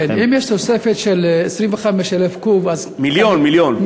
אם יש תוספת של 25,000 קוב, מיליון, מיליון.